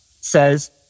says